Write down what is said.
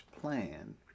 plan